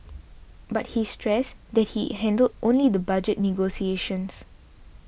but he stressed that he handled only the budget negotiations